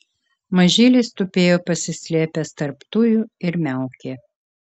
mažylis tupėjo pasislėpęs tarp tujų ir miaukė